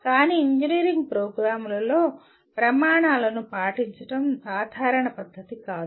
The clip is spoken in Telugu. కానీ ఇంజనీరింగ్ ప్రోగ్రామ్లలో ప్రమాణాలను పాటించడం సాధారణ పద్ధతి కాదు